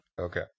Okay